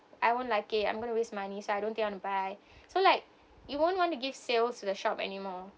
I won't like it I'm going to waste money so I don't think I want to buy so like you won't want to give sales to the shop anymore